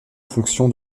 fonction